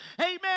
Amen